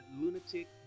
Lunatic